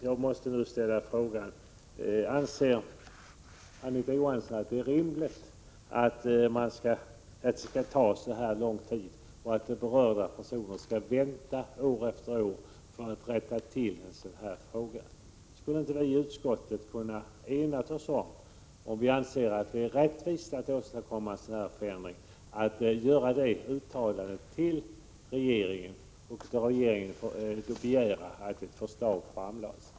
Jag måste nu ställa frågan: Anser Anita Johansson att det är rimligt att det skall ta så lång tid och att berörda personer skall få vänta år efter år innan detta kan rättas till? Skulle vi inte i utskottet ha kunnat enas om — om vi anser att det är rättvist att åstadkomma en sådan förändring — att göra ett uttalande till regeringen och då begära att ett förslag läggs fram?